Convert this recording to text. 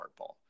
hardball